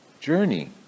journey